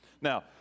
Now